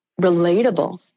relatable